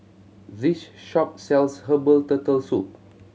this shop sells herbal Turtle Soup